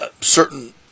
certain